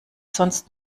sonst